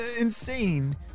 insane